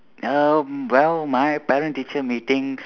um well my parent teacher meeting